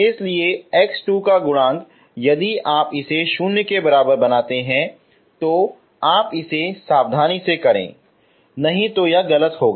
इसलिए x2 का गुणांक यदि आप इसे 0 के बराबर बनाते हैं यदि आप इसे सावधानी से करते हैं तो यह गलत नहीं होगा